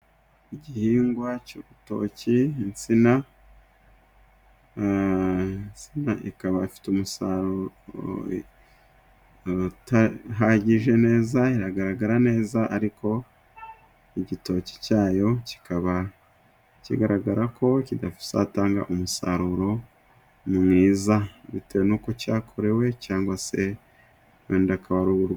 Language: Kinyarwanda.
Igihingwa cy'urutoki insina, insina ikaba ifite umusaruro udahagije neza iragaragara neza, ariko igitoki cyayo kikaba kigaragara ko kitazatanga umusaruro mwiza, bitewe n'uko cyakorewe cyangwa se wenda akaba.....